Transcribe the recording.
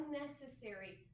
unnecessary